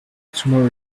tomorrow